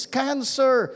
cancer